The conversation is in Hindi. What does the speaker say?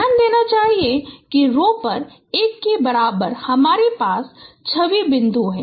ध्यान देना चाहिए कि रो पर 1 के बराबर हमारे पास छवि बिंदु है